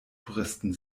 touristen